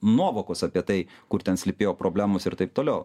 nuovokos apie tai kur ten slypėjo problemos ir taip toliau